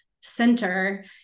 center